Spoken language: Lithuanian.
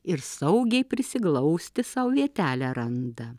ir saugiai prisiglausti sau vietelę randa